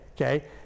okay